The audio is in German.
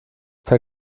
per